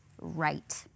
right